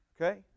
Okay